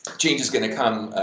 change is gonna come,